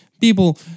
People